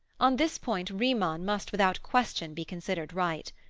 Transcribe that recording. on this point riemann must without question be considered right.